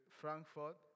Frankfurt